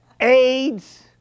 AIDS